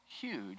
huge